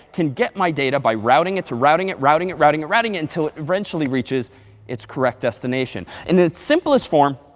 can get my data by routing it, routing it, routing it, routing it, routing it, until it eventually reaches its correct destination. in its simplest form,